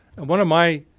and one of my